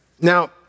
Now